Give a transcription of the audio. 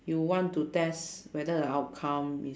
you want to test whether the outcome is